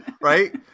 Right